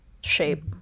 shape